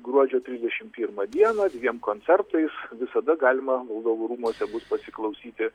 gruodžio trisdešim primą dieną dviem koncertais visada galima valdovų rūmuose bus pasiklausyti